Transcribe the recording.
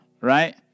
Right